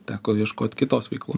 teko ieškot kitos veiklos